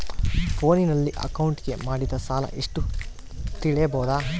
ಫೋನಿನಲ್ಲಿ ಅಕೌಂಟಿಗೆ ಮಾಡಿದ ಸಾಲ ಎಷ್ಟು ತಿಳೇಬೋದ?